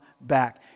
back